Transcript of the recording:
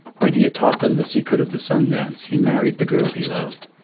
when he had taught them the secret of the sun dance, he married the girl he loved,